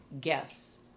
guess